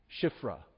Shifra